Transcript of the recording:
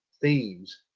themes